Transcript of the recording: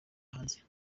hanze